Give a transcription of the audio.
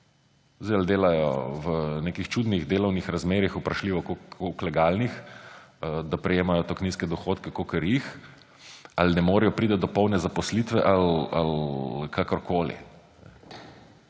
Ali delajo v nekih čudnih delovnih razmerjih, vprašljivo, koliko legalnih, da prejemajo tako nizke dohodke, kolikor jih, ali ne morejo priti do polne zaposlitve ali kakorkoli.